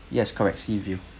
yes correct sea view